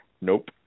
Nope